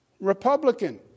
Republican